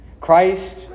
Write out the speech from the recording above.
Christ